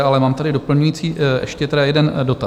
Ale mám tady doplňující, ještě tedy jeden dotaz.